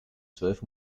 zwölf